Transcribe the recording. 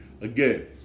again